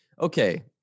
okay